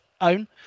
own